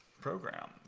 program